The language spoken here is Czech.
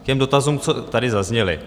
K těm dotazům, co tady zazněly.